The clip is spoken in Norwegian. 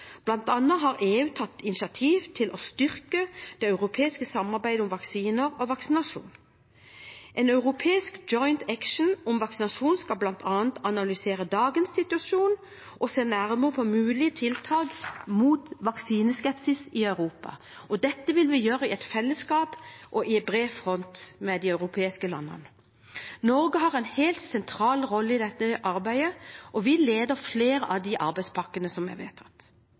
annet har EU tatt initiativ til å styrke det europeiske samarbeidet om vaksiner og vaksinasjon. En europeisk Joint Action om vaksinasjon skal bl.a. analysere dagens situasjon og se nærmere på mulige tiltak mot vaksineskepsis i Europa. Dette vil vi gjøre i fellesskap og på bred front med de europeiske landene. Norge har en helt sentral rolle i dette arbeidet, og vi leder flere av de arbeidspakkene som det er vedtatt